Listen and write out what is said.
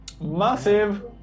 massive